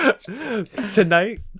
tonight